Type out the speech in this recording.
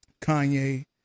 Kanye